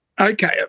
Okay